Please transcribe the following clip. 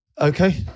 Okay